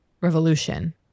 revolution